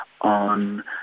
on